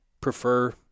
prefer